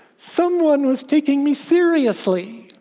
someone was taking me seriously!